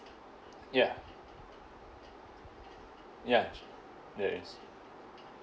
ya ya it is